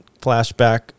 flashback